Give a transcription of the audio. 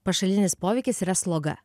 pašalinis poveikis yra sloga